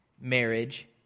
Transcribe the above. marriage